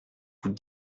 vous